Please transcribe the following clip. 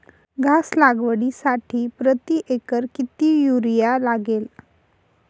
घास लागवडीसाठी प्रति एकर किती युरिया लागेल?